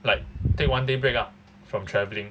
like take one day break ah from travelling